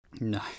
No